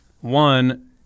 One